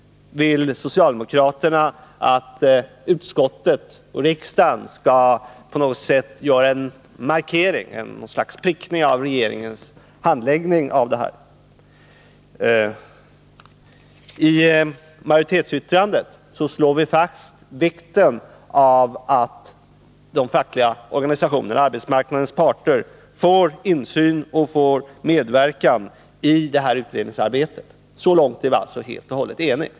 Socialdemokraterna vill härvid att utskottet och riksdagen på något sätt skall göra en markering, ett slags prickning av regeringens handläggning av detta. I majoritetsyttrandet slås fast vikten av att de fackliga organisationerna och arbetsmarknadens parter får insyn och får medverka i detta utredningsarbete. Så långt råder full enighet.